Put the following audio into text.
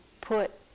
put